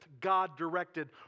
God-directed